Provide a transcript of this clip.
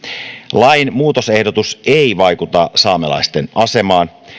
lain muutosehdotus ei vaikuta saamelaisten asemaan